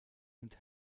und